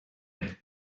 per